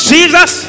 Jesus